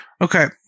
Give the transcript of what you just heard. Okay